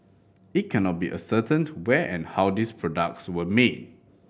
it cannot be ascertained where and how these products were made